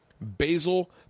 Basil